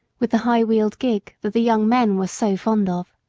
with the high-wheeled gig that the young men were so fond of.